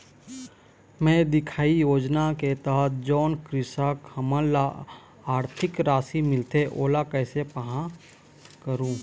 मैं दिखाही योजना के तहत जोन कृषक हमन ला आरथिक राशि मिलथे ओला कैसे पाहां करूं?